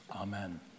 Amen